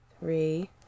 three